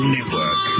Network